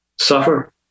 suffer